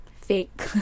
Fake